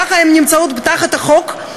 ככה הן נמצאות תחת החוק,